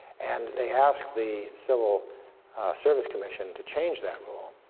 and they asked the civil service commission to change that rule.